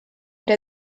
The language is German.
der